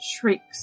shrieks